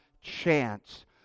chance